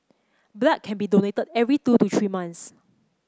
blood can be donated every two to three months